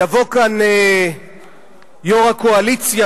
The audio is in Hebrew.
יבוא לכאן יושב-ראש הקואליציה,